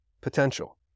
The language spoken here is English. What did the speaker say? potential